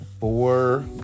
four